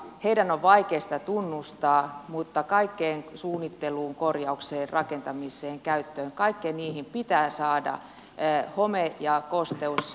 niiden on vaikea sitä tunnustaa mutta kaikkeen suunnitteluun korjaukseen rakentamiseen käyttöön kaikkiin niihin pitää saada home ja kosteusosaamista